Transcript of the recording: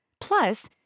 Plus